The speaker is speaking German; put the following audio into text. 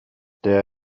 der